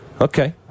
Okay